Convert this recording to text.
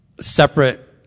separate